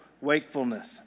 Wakefulness